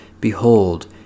Behold